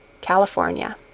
California